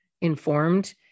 informed